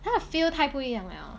它的 feel 太不一样了